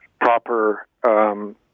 proper